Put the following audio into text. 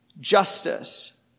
justice